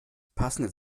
passende